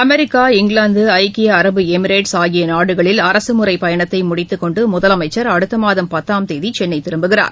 America England ஐக்கிய அரபு Emirates ஆகிய நாடுகளில் அரசுமுறைப் பயணத்தை முடித்துக் கொண்டு முதலமைச்சர் அடுத்த மாதம் பத்தாம் தேதி சென்னை திரும்புகிறார்